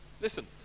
Listen